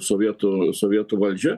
sovietų sovietų valdžią